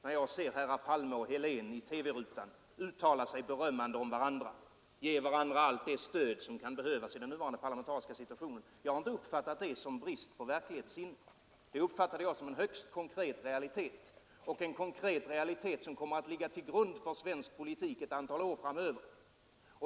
Jag har ju sett herrar Palme och Helén i TV-rutan uttala sig berömmande om varandra, ge varandra allt det stöd som kan behövas i den nuvarande parlamentariska situationen. Jag har inte uppfattat det som brist på verklighetssinne utan som en högst konkret realitet, som kommer att ligga till grund för svensk politik ett antal år framöver.